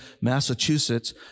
Massachusetts